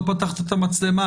לא פתחת את המצלמה,